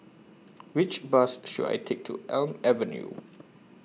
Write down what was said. Which Bus should I Take to Elm Avenue